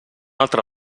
altra